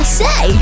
say